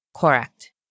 correct